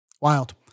Wild